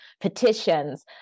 petitions